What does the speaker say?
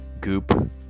Goop